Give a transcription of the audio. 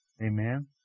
Amen